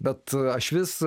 bet aš vis